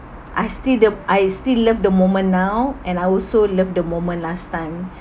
I still the I still love the moment now and I also love the moment last time